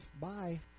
bye